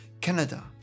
Canada